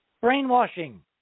brainwashing